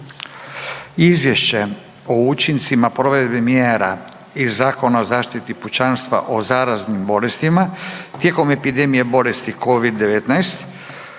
Izvješću o učincima provedbe mjera iz Zakona o zaštiti pučanstva od zaraznih bolesti tijekom pandemije bolesti COVID-a